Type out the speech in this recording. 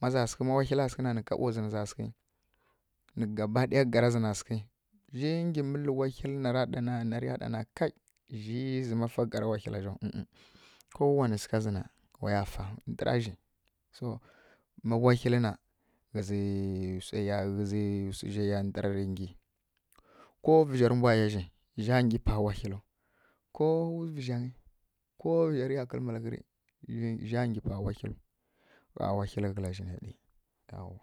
ma za sǝghǝ má wahila sǝghǝ na nǝ kaɓo zǝ nǝ za sǝghǝ. Nǝ gabaɗaya nǝ gara zǝ nǝ za sǝghǝ, zhi nggyi dzǝrǝ mǝlǝ wahilǝ nara ɗana kaˈi kowanai sǝgha zǝ na waya fa ndǝra zhi, to ma wahilǝ na ghǝzǝ swai ya nggyi. Ko vǝzhirǝ mbwa yá zhi zha nggyi pa wahilǝw, ko vǝzha rǝ ya kǝ́lǝ́ malaghǝi rǝ zha nggyi pa wahilǝw, ƙha wahila kǝla zhi naɗǝ yawa.